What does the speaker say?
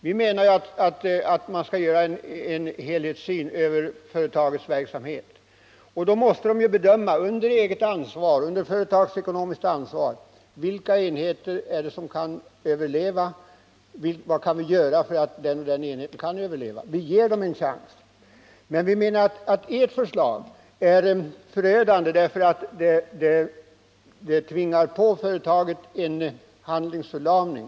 Vi menar att företaget skall göra en helhetsöversyn av verksamheten, och då måste man ju bedöma, under eget, företagsekonomiskt ansvar, vilka enheter som kan överleva och vad man kan göra för att den och den enheten skall överleva. Vi ger enheterna en chans. Men vi menar att ert förslag är förödande. Det innebär att företaget tvingas till handlingsförlamning.